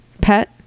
pet